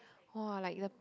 !wah! like the